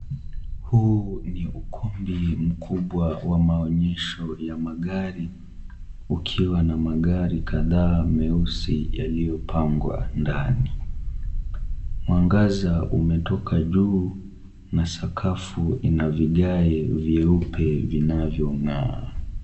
Huu ni ukumbi mkubwa wa maonyesho ya magari. Ukiwa na magari kadhaa meusi yaliyopangwa ndani. Mwangaza umetoka juu na sakafu ina vigae vyeupe vinavyong'aa.